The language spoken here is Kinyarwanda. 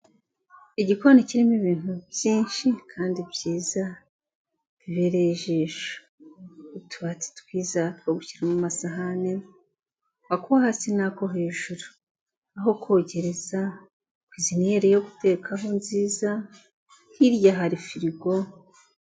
Igikoni kirimo ibintu byinshi kandi byiza bibereye ijisho, utubati twiza two gushyiramo amasahani, ako hasi n'ako hejuru, aho kogereza, kwiziniyeri yo gutekaho nziza, hirya hari firigo.